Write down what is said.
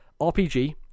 RPG